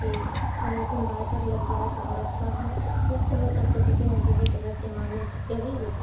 کہ انورٹر لگ جائے تو اور اچھا ہے نہیں تو ہم سب تو کسی نہ کسی طرح سے مینج کر ہی لیتے